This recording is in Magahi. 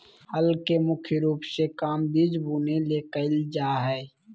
हल के मुख्य रूप से काम बिज बुने ले कयल जा हइ